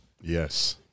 Yes